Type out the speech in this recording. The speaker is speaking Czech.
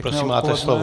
Prosím, máte slovo.